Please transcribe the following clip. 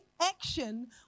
action